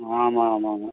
ம் ஆமாம் ஆமாம் ஆமாம்